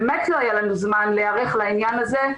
באמת לא היה לנו זמן להיערך לעניין הזה,